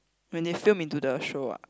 when they film into the show ah